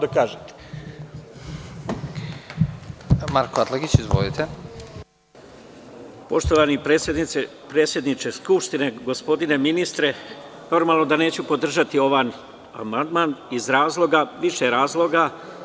Poštovani predsedniče Skupštine, gospodine ministre, normalno da neću podržati ovaj amandman iz više razloga.